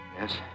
Yes